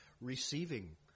receiving